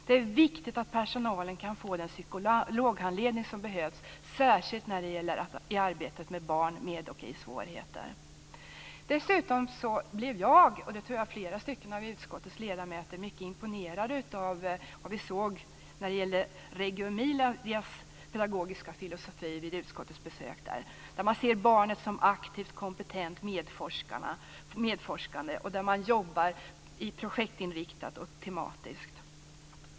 Det är viktigt att personalen kan få den psykologhandledning som behövs - särskilt när det gäller arbetet med barn med och i svårigheter. Dessutom blev jag och, tror jag, flera andra av utskottets ledamöter, mycket imponerade av vad vi såg av Reggio Emilias pedagogiska filosofi vid utskottets besök där. Där ser man barnet som aktivt, kompetent och medforskande. Man jobbar projektinriktat och tematiskt.